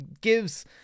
gives